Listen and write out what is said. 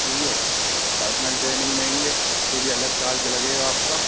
ठीक है personal training देंगे उसके भी अलग चार्ज लगेगा आपका